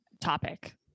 topic